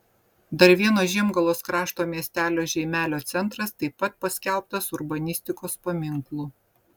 dar vieno žiemgalos krašto miestelio žeimelio centras taip pat paskelbtas urbanistikos paminklu